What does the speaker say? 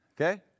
Okay